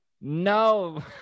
No